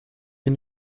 sie